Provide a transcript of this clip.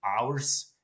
hours